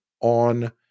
on